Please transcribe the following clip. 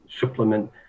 supplement